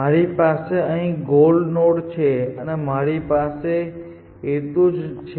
મારી પાસે અહીં ગોલ નોડ છે અને મારી પાસે એટલું જ છે